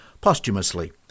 posthumously